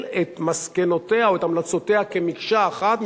את מסקנותיה או את המלצותיה כמקשה אחת,